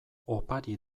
opari